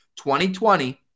2020